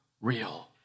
real